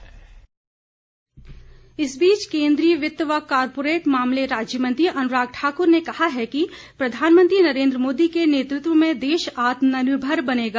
अनुराग इस बीच केंद्रीय वित्त व कोरपोरेट मामले राज्य मंत्री अनुराग ठाकुर ने कहा है कि प्रधानमंत्री नरेंद्र मोदी के नेतृत्व में देश आत्मनिर्भर बनेगा